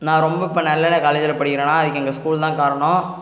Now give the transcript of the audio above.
நான் ரொம்ப இப்போ நல்ல காலேஜில் படிக்கிறேன்னால் அதுக்கு எங்கள் ஸ்கூல் தான் காரணம்